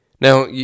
Now